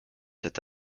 cet